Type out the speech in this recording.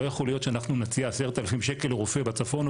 לא יכול להיות שאנחנו נציע 10 אלף שקל לרופא בצפון,